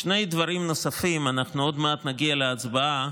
שני דברים נוספים, אנחנו עוד מעט נגיע להצבעה,